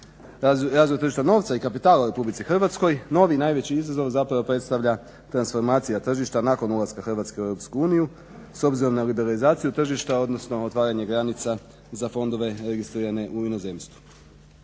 razvoj tržišta novca i kapitala u RH novi najveći izazov zapravo predstavlja transformacija nakon ulaska Hrvatske u EU s obzirom na liberalizaciju tržišta odnosno otvaranje granica za fondove registrirane u inozemstvu.